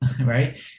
right